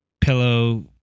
pillow